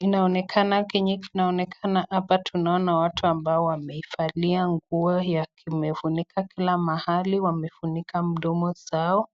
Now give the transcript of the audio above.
Inaonekana, kenye kinaonakana hapa, tunaona watu ambao wameivalia nguo yenye imefunika kila mahali. Wamefunika mdomo zao.